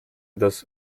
das